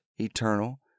eternal